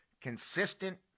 consistent